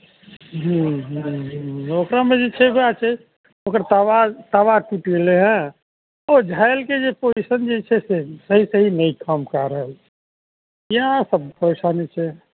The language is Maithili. जी जी जी ओकरामे जे छै वएह छै ओकर तवा तवा टुटि गेलय हइ ओ झाइलके जे पोजिशन जे छै से सही सही नहि काम कए रहल छै इएह सब परेशानी छै